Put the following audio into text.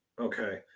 Okay